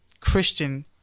Christian